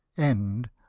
end